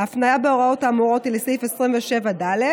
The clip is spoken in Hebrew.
ההפניה בהוראות האמורות היא לסעיף 27(ד),